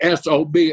SOB